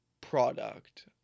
product